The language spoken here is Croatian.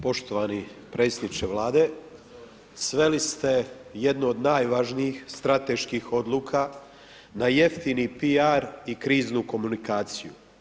Poštovani predsjedniče Vlade, sveli ste jednu od najvažnijih strateških odluka na jeftini piar i kriznu komunikaciju.